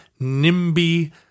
nimby